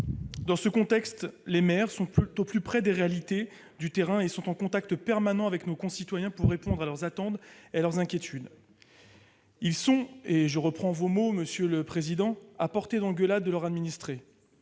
Dans ce contexte, les maires sont au plus près des réalités du terrain et en contact permanent avec nos concitoyens pour répondre à leurs attentes et à leurs inquiétudes. Ils sont, et je reprends vos mots, monsieur le président, « à portée d'engueulade » de leurs administrés.